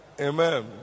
amen